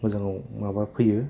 मोजां आव माबा फैयो